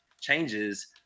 changes